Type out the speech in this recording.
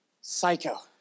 Psycho